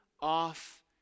off